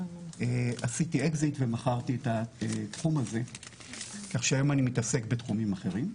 עשיתי אקזיט ומכרתי את התחום הזה כך שהיום אני מתעסק בתחומים אחרים.